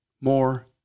more